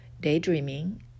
daydreaming